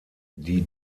die